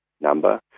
number